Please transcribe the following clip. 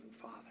father